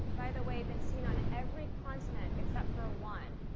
by the way, been seen on every continent except for a one,